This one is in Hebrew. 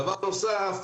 דבר נוסף,